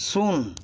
ଶୂନ